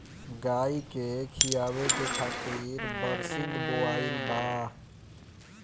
गाई के खियावे खातिर बरसिंग बोआइल बा